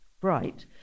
bright